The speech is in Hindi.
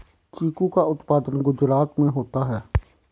चीकू का उत्पादन गुजरात में होता है